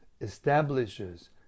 establishes